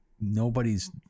nobody's